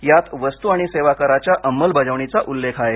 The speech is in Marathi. यात वस्तू आणि सेवा कराच्या अंमलबजावणीचा उल्लेख आहे